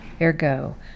ergo